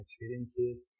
experiences